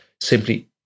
Simply